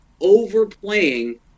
overplaying